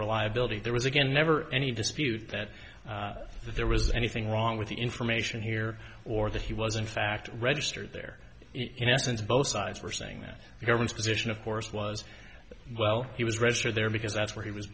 reliability there was again never any dispute that there was anything wrong with the information here or that he was in fact registered there in essence both sides were saying that the government's position of course was well he was registered there because that's where he was